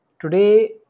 Today